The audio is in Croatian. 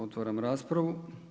Otvaram raspravu.